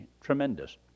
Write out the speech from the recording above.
tremendous